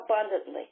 abundantly